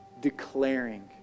declaring